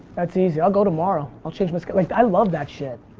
that's easy, i'll go tomorrow. i'll change my schedule, i love that shit.